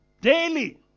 daily